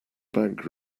bank